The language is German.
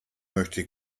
möchte